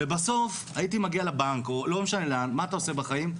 ובסוף הייתי מגיע לבנק או לא משנה לאן מה אתה עושה בחיים?